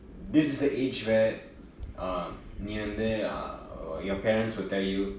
this is the age where um நீ வந்து:nee vanthu um your parents will tell you